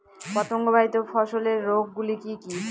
পতঙ্গবাহিত ফসলের রোগ গুলি কি কি?